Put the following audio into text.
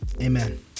Amen